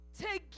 together